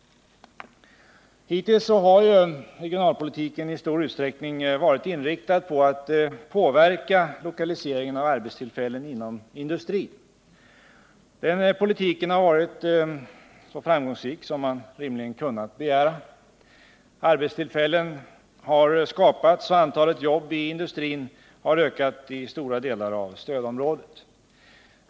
Hittills har regionalpolitiken i stor utsträckning varit inriktad på att påverka lokaliseringen av arbetstillfällen inom industrin. Den politiken har varit så framgångsrik som man rimligen kunnat begära. Arbetstillfällen har skapats, och antalet jobb i industrin har ökat i stora delar av stödområdet.